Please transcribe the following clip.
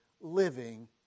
living